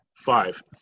five